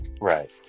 Right